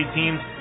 teams